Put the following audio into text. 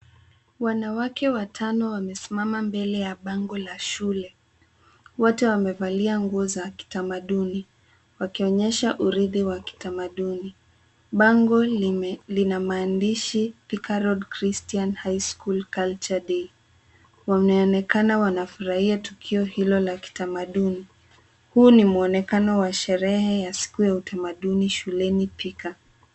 Wanawake watano wamesimama mbele ya bango la shule. Wote wamevalia nguo za kitamaduni, wakionyesha urithi wa kitamaduni. Bango lina maandishi Thika Road Christian High School Culture Day . Wanaonekana wanafurahia. Huu ni muonekano wa sherehe ya Siku ya Utamaduni shuleni Thika.